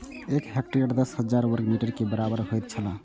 एक हेक्टेयर दस हजार वर्ग मीटर के बराबर होयत छला